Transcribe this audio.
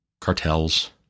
cartels